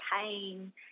pain